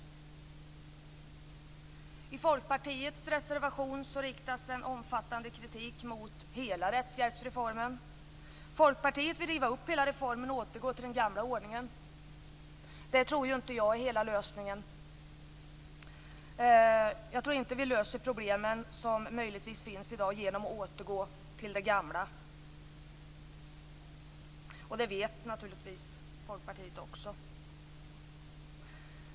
I Folkpartiets reservation riktas en omfattande kritik mot hela rättshjälpsreformen. Folkpartiet vill riva upp hela reformen och återgå till den gamla ordningen. Jag tror inte att det är hela lösningen. Jag tror inte vi löser de problem som möjligtvis finns i dag genom att återgå till det gamla. Det vet naturligtvis Folkpartiet också.